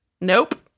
Nope